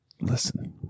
Listen